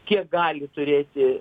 kiek gali turėti